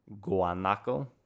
Guanaco